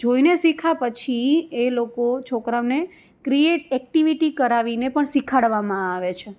જોઈને શિખા પછી એ લોકો છોકરાઓને ક્રિએટ એક્ટિવિટી કરાવે કરાવીને પણ શિખવાડવામાં આવે છે